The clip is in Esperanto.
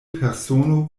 persono